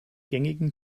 gängigen